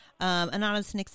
Anonymous